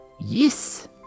Yes